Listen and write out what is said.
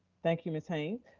thank you, ms. haynes.